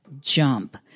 jump